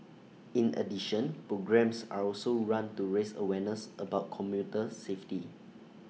in addition programmes are also run to raise awareness about commuter safety